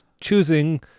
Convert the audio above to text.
choosing